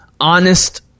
honest